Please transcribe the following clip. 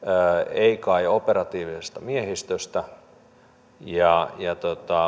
ei kai operatiivisesta miehistöstä